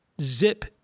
zip